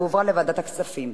והועברה לוועדת הכספים.